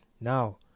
Now